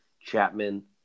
Chapman